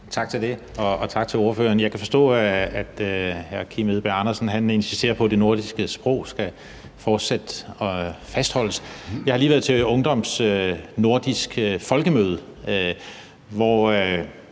Tak for det, og tak til ordføreren. Jeg kan forstå, at hr. Kim Edberg Andersen insisterer på, at det nordiske sprog fortsat skal fastholdes. Jeg har lige været til ungdommens nordiske folkemøde, hvor